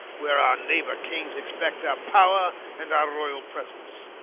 where our neighbour kings expect our power and our royal presence,